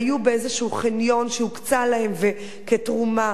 היו באיזה חניון שהוקצה להם כתרומה,